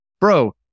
bro